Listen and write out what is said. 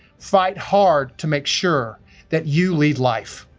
fight hard to make sure that you lead life.